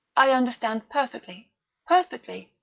i understand perfectly perfectly.